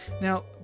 now